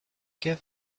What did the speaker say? gave